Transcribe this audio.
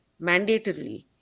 mandatorily